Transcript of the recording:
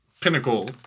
pinnacle